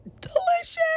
delicious